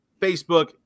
facebook